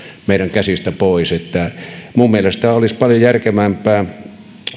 meidän käsistämme pois minun mielestäni olisi paljon järkevämpää